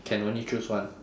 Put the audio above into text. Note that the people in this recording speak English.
can only choose one